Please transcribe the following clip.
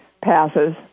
passes